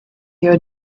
your